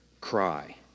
cry